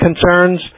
concerns